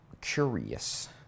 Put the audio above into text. curious